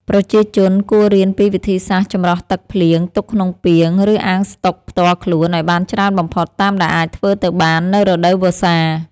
ប្រជាជនគួររៀនពីវិធីសាស្ត្រចម្រោះទឹកភ្លៀងទុកក្នុងពាង ឬអាងស្តុកផ្ទាល់ខ្លួនឱ្យបានច្រើនបំផុតតាមដែលអាចធ្វើទៅបាននៅរដូវវស្សា។